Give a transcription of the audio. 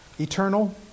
eternal